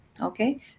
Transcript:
Okay